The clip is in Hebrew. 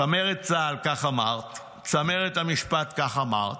צמרת צה"ל, כך אמרת, צמרת המשפט, כך אמרת,